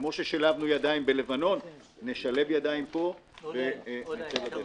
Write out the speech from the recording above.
כפי ששילבנו ידיים בלבנון נשלב ידיים פה ונצא לדרך.